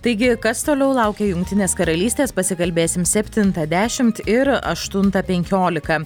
taigi kas toliau laukia jungtinės karalystės pasikalbėsim septintą dešimt ir aštuntą penkiolika